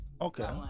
okay